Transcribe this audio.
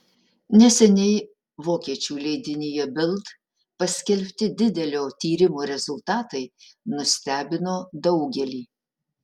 neseniai vokiečių leidinyje bild paskelbti didelio tyrimo rezultatai nustebino daugelį